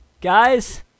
guys